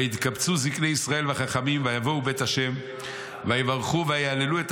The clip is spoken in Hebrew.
ויתקבצו זקני ישראל והחכמים ויבואו בית ה' ויברכו ויהללו את